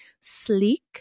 sleek